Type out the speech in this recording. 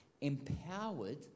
empowered